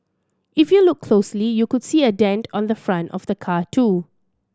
if you look closely you could see a dent on the front of the car too